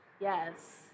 Yes